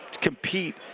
compete